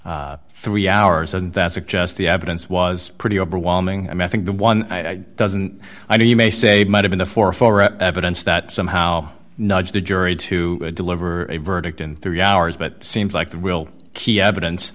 three hours and that's it just the evidence was pretty overwhelming and i think the one i doesn't i mean you may say might have been a four for evidence that somehow nudged the jury to deliver a verdict in three hours but seems like that will key evidence